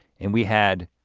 and we had